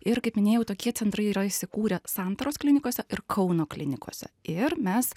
ir kaip minėjau tokie centrai yra įsikūrę santaros klinikose ir kauno klinikose ir mes